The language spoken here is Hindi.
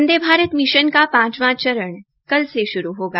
वंदे भारत मिशन का पांचवा चरण कल से शुरू होगा